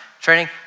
Training